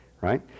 right